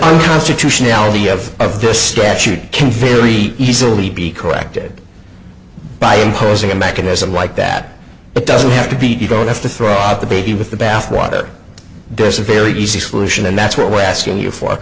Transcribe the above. this constitutional the of of this statute can very easily be corrected by imposing a mechanism like that it doesn't have to beat you don't have to throw out the baby with the bathwater there's a very easy solution and that's what we're asking you for